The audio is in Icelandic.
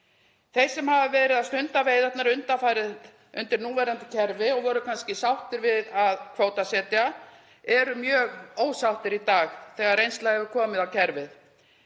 Þeir sem hafa verið að stunda veiðarnar undanfarið undir núverandi kerfi og voru kannski sáttir við að kvótasetja eru mjög ósáttir í dag þegar reynsla hefur komið á kerfið.